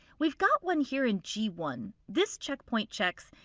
we got one here in g one this checkpoint checks,